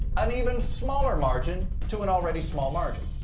an even smaller margin to an already-small margin.